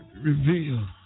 reveal